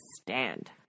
stand